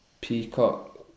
Peacock